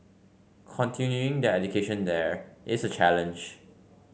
continuing their education there is a challenge